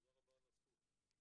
תודה רבה על הזכות, ותודה לכם.